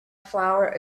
flower